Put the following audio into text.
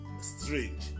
strange